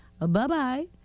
bye-bye